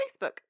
Facebook